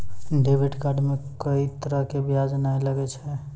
debit card मे कोई तरह के ब्याज नाय लागै छै